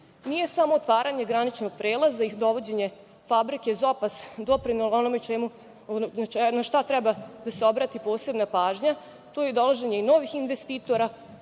Nije samo otvaranje graničnog prelaza i dovođenje fabrike „Zopas“ doprinelo onome na šta treba da se obrati posebna pažnja, već je to i dovođenje novih investitora,